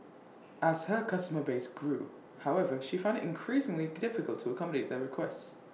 as her customer base grew however she found IT increasingly difficult to accommodate their requests